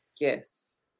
Yes